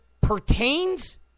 pertains